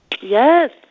yes